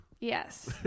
Yes